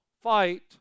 fight